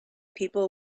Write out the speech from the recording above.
people